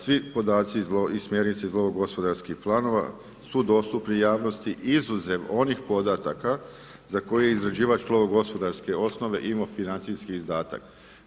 Svi podaci iz smjernice iz lovo gospodarskih planova su dostupni javnosti, izuzev onih podataka za koje izrađivač lovo gospodarske osnove imao financijski izdatak.